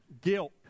guilt